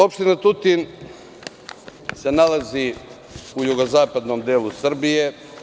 Opština Tutin se nalazi u jugozapadnom delu Srbije.